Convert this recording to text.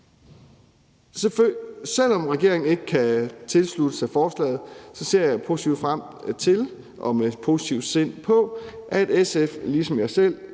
Selv om regeringen ikke kan tilslutte sig forslaget, ser jeg positivt frem til og med et positivt sind på, at SF ligesom jeg selv